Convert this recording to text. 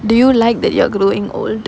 do you like that you are growing old